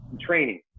training